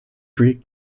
greek